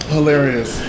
Hilarious